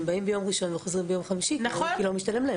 הם באים ביום ראשון וחוזרים ביום חמישי כי זה לא משתלם להם.